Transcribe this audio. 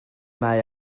mae